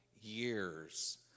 years